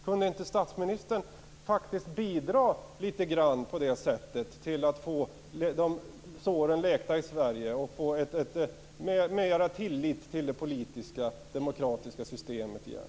Kunde inte statsministern på det sättet litet grand bidra till att få såren läkta i Sverige och få mer tillit till det demokratiska systemet igen?